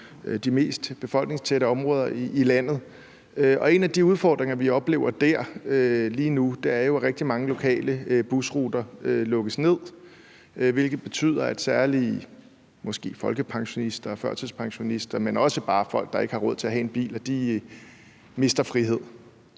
de mest befolkningstætte områder i landet. Og en af de udfordringer, vi oplever dér lige nu, er jo, at rigtig mange lokale busruter lukkes ned, hvilket betyder, at måske særlig folkepensionister og førtidspensionister og også bare folk, der ikke har råd til at have en bil, mister frihed;